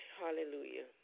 hallelujah